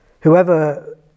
Whoever